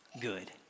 good